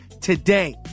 today